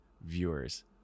viewers